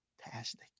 fantastic